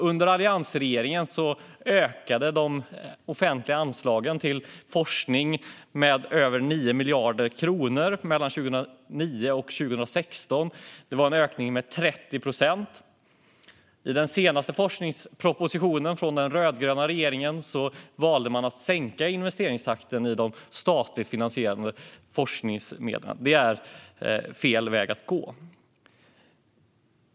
Under alliansregeringen ökade de offentliga anslagen till forskning med över 9 miljarder kronor mellan 2009 och 2016. Det var en ökning med 30 procent. I den senaste forskningspropositionen, från den rödgröna regeringen, valde man att sänka investeringstakten i fråga om de statligt finansierade forskningsmedlen. Det är fel väg att gå.